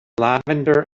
lavender